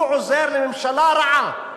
הוא עוזר לממשלה רעה.